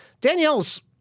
Danielle's